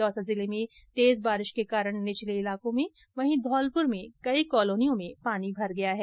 दौसा जिले में तेज बारिश के कारण निचले इलाकों में वहीं धौलपुर में कई कॉलोनियों में पानी भर गया है